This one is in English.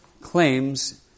claims